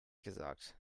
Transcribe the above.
gesagt